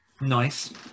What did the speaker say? nice